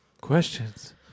questions